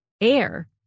air